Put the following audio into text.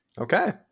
Okay